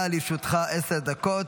בבקשה, לרשותך עשר דקות.